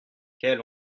quelle